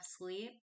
sleep